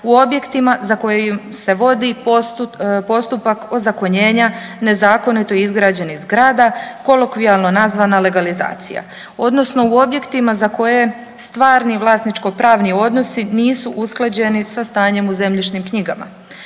u objektima za koje im se vodi postupak ozakonjenja nezakonito izgrađenih zgrada kolokvijalno nazvana legalizacija odnosno u objektima za koje stvarni vlasničkopravni odnosi nisu usklađeni sa stanjem u zemljišnim knjigama.